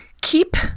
keep